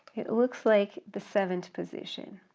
it looks like the seventh position,